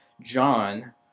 John